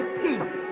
peace